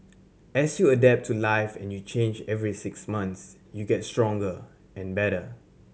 as you adapt to life and you change every six months you get stronger and better